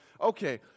okay